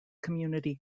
community